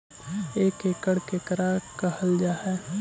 एक एकड़ केकरा कहल जा हइ?